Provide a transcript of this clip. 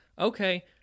okay